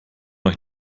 euch